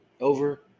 over